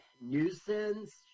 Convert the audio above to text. nuisance